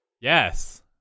Yes